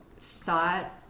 thought